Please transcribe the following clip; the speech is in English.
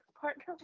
partner